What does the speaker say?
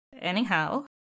Anyhow